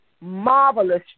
marvelous